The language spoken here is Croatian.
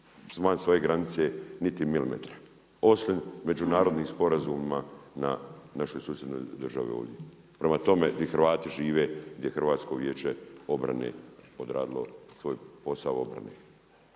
van svoje granice niti milimetra. Osim međunarodnim sporazumima na našoj susjednoj državi ovdje. Prema tome, gdje Hrvati žive, je HVO odradilo svoj posao obrane.